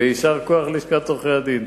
ויישר כוח ללשכת עורכי-הדין.